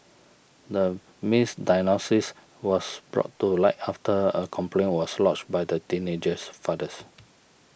the misdiagnosis was brought to light after a complaint was lodged by the teenager's fathers